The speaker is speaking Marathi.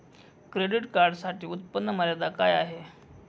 क्रेडिट कार्डसाठी उत्त्पन्न मर्यादा काय आहे?